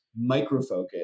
Microfocus